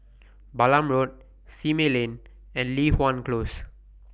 Balam Road Simei Lane and Li Hwan Close